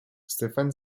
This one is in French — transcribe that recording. stefan